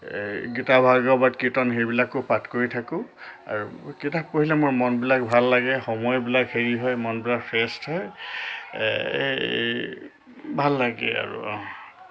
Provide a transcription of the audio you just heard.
গীতা ভাগৱত কীৰ্তন সেইবিলাকো পাঠ কৰি থাকো আৰু কিতাপ পঢ়িলে মোৰ মনবিলাক ভাল লাগে সময়বিলাক হেৰি হয় মনবিলাক ফ্ৰেছ হয় ভাল লাগে আৰু অহ